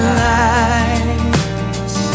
lights